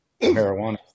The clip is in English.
marijuana